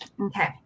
Okay